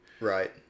right